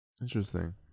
Interesting